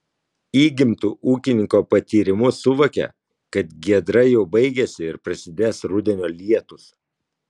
įgimtu ūkininko patyrimu suvokė kad giedra jau baigiasi ir prasidės rudenio lietūs